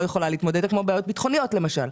יכולה להתמודד כמו בעיות ביטחוניות למשל,